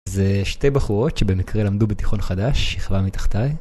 זה שתי בחורות שבמקרה למדו בתיכון חדש, שכבה מתחתי.